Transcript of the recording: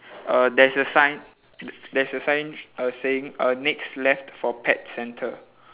uh there's a sign there's a sign uh saying uh next left for pet centre